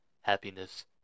happiness